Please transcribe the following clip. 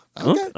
okay